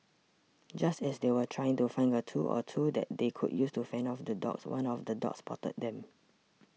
just as they were trying to find a tool or two that they could use to fend off the dogs one of the dogs spotted them